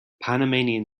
panamanian